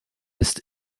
ist